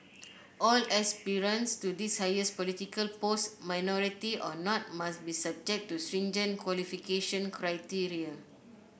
all aspirants to this highest political post minority or not must be subject to stringent qualification criteria